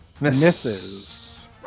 Misses